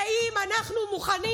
ואם אנחנו מוכנים